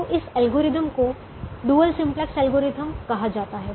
तो इस एल्गोरिथ्म को डुअल सिम्पलेक्स एल्गोरिथ्म कहा जाता है